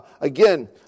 Again